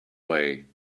way